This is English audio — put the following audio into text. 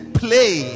play